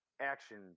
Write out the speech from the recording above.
action